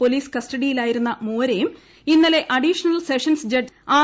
police കസ്റ്റഡിയിലായിരുന്ന മൂവരേയും ഇന്നലെ അഡീഷണൽ സെഷൻസ് ജഡ്ജ് ആർ